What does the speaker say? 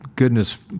goodness